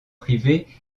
privé